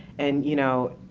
and you know,